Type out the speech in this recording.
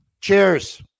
Cheers